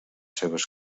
seves